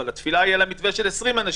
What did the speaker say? אבל התפילה יהיה לה מתווה של 20 אנשים.